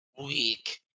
weak